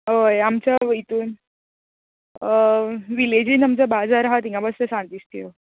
अय आमच्या इतून विलेजीन आमच्या बाजार आहा थिंगा बसता सांतिस्थेव